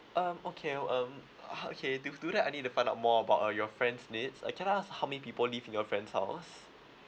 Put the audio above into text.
um okay um okay to do that I need to find out more about uh your friend's needs uh can I ask how many people live in your friend's house